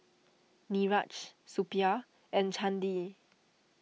Niraj Suppiah and Chandi